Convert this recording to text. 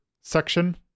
section